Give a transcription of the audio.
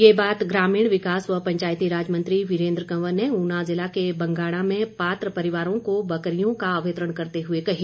ये बात ग्रामीण विकास व पंचायतीराज मंत्री वीरेन्द्र कवर ने ऊना जिला के बंगाणा में पात्र परिवारों को बकरियों का वितरण करते हुए कही